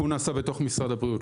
התיקון נעשה בתוך משרד הבריאות.